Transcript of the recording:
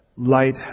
Light